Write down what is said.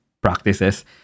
practices